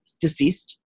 deceased